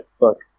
look